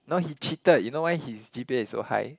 no he cheated you know why his g_p_a is so high